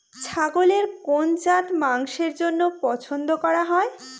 ছাগলের কোন জাত মাংসের জন্য পছন্দ করা হয়?